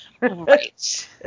Right